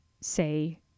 say